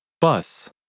Bus